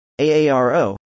AARO